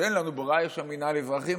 שאין לנו ברירה, יש שם מינהל אזרחי.